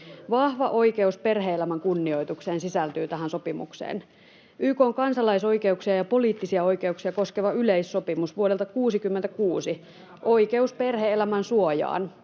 vahva oikeus perhe-elämän kunnioitukseen sisältyy tähän sopimukseen. YK:n kansalaisoikeuksia ja poliittisia oikeuksia koskeva yleissopimus vuodelta 66: oikeus perhe-elämän suojaan